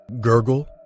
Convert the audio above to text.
gurgle